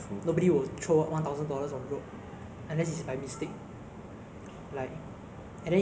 so zhe rei what was the most memorable meal you ever had and where did you have it